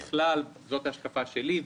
ככלל זאת ההשקפה שלי.